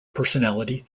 personality